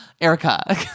Erica